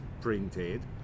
printed